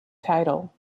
title